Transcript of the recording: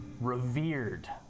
Revered